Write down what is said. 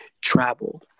travel